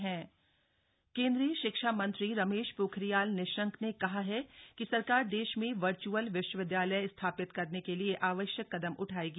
virtual विवि केंद्रीय शिक्षा मंत्री रमेश पोखरियाल निशंक ने कहा है कि सरकार देश में वर्चअल विश्वविदयालय स्थापित करने के लिए आवश्यक कदम उठाएगी